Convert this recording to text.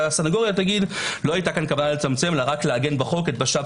והסנגוריה תגיד: לא היתה כאן כוונה לצמצם אלא רק לעגן בחוק את בש"פ